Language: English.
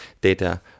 data